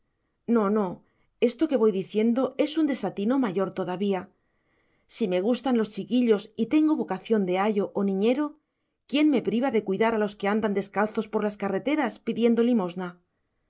no no esto que voy diciendo es un desatino mayor todavía si me gustan los chiquillos y tengo vocación de ayo o niñero quién me priva de cuidar a los que andan descalzos por las carreteras pidiendo limosna